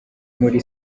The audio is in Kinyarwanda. muli